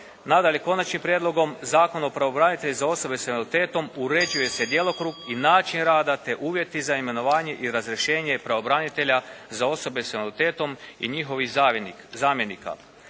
Nadalje. Konačnim prijedlogom Zakona o pravobranitelju za osobe s invaliditetom uređuje se djelokrug i način rada te uvjeti za imenovanje i razrješenje pravobranitelja za osobe sa invaliditetom i njihovih zamjenika.